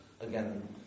again